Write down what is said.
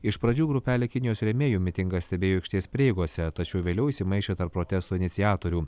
iš pradžių grupelė kinijos rėmėjų mitingą stebėjo aikštės prieigose tačiau vėliau įsimaišė tarp protesto iniciatorių